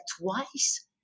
twice